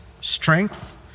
strength